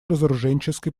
разоруженческой